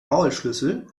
maulschlüssel